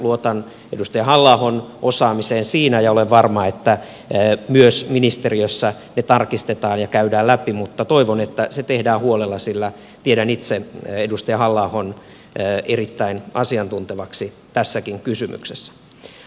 luotan edustaja halla ahon osaamiseen siinä ja olen varma että myös ministeriössä ne tarkistetaan ja käydään läpi mutta toivon että se tehdään huolella sillä tiedän itse edustaja halla ahon erittäin asiantuntevaksi tässäkin kysymyksessä